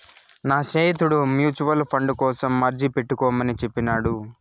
నా స్నేహితుడు mutual fund కోసం అర్జీ పెట్టుకోమని చెప్పినాడు